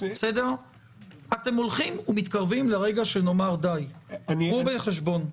אתם הולכים ומתקרבים לרגע שנאמר די, קחו בחשבון.